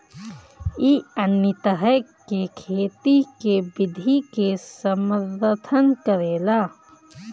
इ अन्य तरह के खेती के विधि के समर्थन करेला